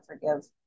forgive